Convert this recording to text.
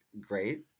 great